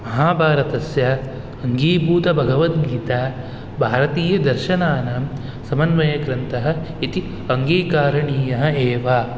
माहाभारतस्य अङ्गीभूतः भगवद्गीता भारतीयदर्शनानां समन्वयग्रन्थः इति अङ्गीकारणीयः एव